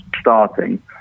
starting